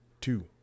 two